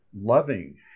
loving